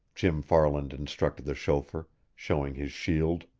jim farland instructed the chauffeur, showing his shield.